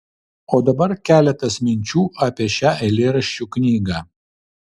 o dabar keletas minčių apie šią eilėraščių knygą